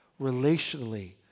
relationally